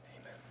amen